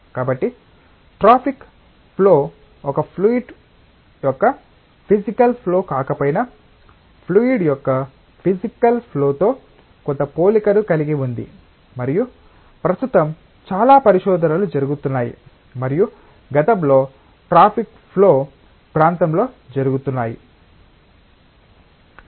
కాబట్టి traffic flow ఒక fluid యొక్క ఫిసికల్ ఫ్లో కాకపోయినా ఫ్లూయిడ్ యొక్క ఫిసికల్ ఫ్లో తో కొంత పోలికను కలిగి ఉంది మరియు ప్రస్తుతం చాలా పరిశోధనలు జరుగుతున్నాయి మరియు గతంలో ట్రాఫిక్ ఫ్లో ప్రాంతంలో జరుగుతున్నాయి